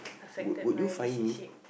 would would you find me